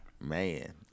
Man